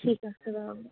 ঠিক আছে বাৰু